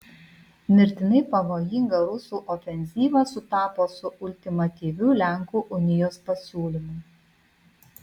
mirtinai pavojinga rusų ofenzyva sutapo su ultimatyviu lenkų unijos pasiūlymu